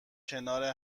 کنار